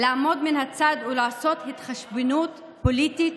לעמוד מהצד ולעשות התחשבנויות פוליטיות